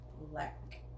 black